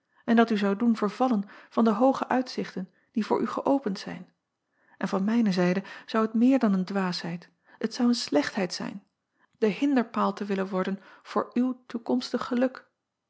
en dat u zou doen vervallen van de hooge uitzichten die voor u geöpend zijn en van mijne zijde zou het meer dan een dwaasheid het zou een slechtheid zijn de hinderpaal te willen worden voor uw toekomstig geluk